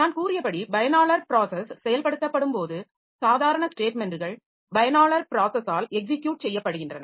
நான் கூறியபடி பயனாளர் ப்ராஸஸ் செயல்படுத்தப்படும்போது சாதாரண ஸ்டேட்மென்ட்கள் பயனாளர் ப்ராஸஸால் எக்ஸிக்யுட் செய்யப்படுகின்றன